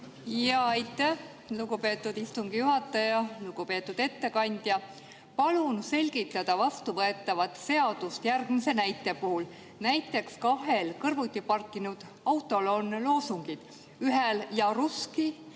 Aitäh, lugupeetud istungi juhataja! Lugupeetud ettekandja! Palun selgitada vastuvõetavat seadust järgmise näite puhul. Kahel kõrvuti parkinud autol on loosungid: ühel "Я